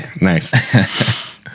Nice